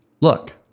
look